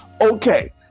okay